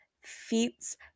feats